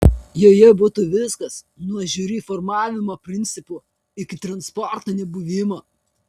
joje būtų viskas nuo žiuri formavimo principų iki transporto nebuvimo